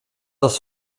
das